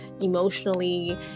emotionally